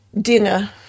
dinner